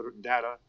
data